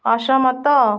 ଅସମତ